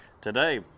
Today